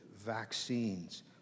vaccines